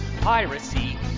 piracy